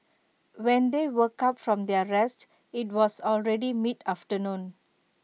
when they woke up from their rest IT was already mid afternoon